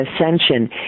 ascension